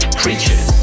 creatures